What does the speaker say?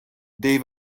they